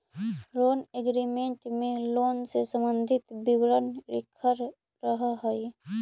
loan agreement में loan से संबंधित विवरण लिखल रहऽ हई